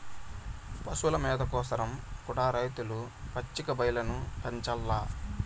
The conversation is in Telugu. పశుల మేత కోసరం కూడా రైతులు పచ్చిక బయల్లను పెంచాల్ల